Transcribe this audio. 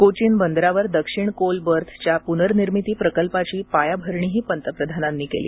कोचीन बंदरावर दक्षिण कोल बर्थच्या पुनर्निर्मिती प्रकल्पाची पायाभरणीही पंतप्रधानांनी केली